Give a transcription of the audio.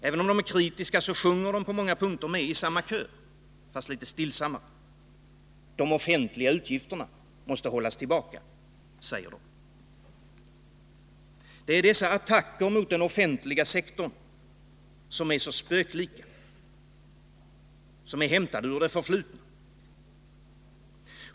Även om de är kritiska så sjunger de på många punkter med i samma kör, fast litet stillsammare. De offentliga utgifterna måste hållas tillbaka, säger de. Det är dessa attacker mot den offentliga sektorn som är så spöklika, som är hämtade ur det förflutna.